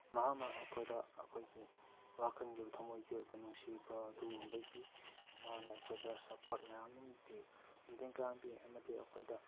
ꯃꯍꯥꯛꯅ ꯑꯩꯈꯣꯏꯗ ꯑꯩꯈꯣꯏꯒꯤ ꯋꯥꯈꯜꯒꯤ ꯊꯝꯃꯣꯏꯒꯤ ꯑꯣꯏꯕ ꯅꯨꯡꯁꯤꯕ ꯑꯗꯨꯒꯨꯝꯕꯒꯤ ꯃꯥꯅ ꯑꯩꯈꯣꯏꯗ ꯁꯞꯄ꯭ꯣꯔꯠ ꯃꯌꯥꯝ ꯑꯃ ꯄꯤ ꯃꯇꯦꯡ ꯀꯌꯥ ꯑꯃ ꯄꯤ ꯑꯃꯗꯤ ꯑꯩꯈꯣꯏꯗ